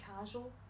casual